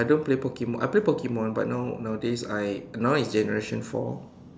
I don't play Pokemon I play Pokemon but now nowadays I now is generation four